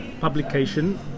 publication